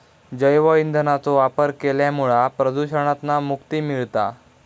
जैव ईंधनाचो वापर केल्यामुळा प्रदुषणातना मुक्ती मिळता